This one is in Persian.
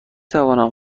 توانم